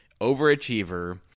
overachiever